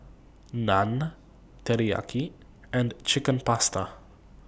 Naan Teriyaki and Chicken Pasta